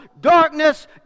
Darkness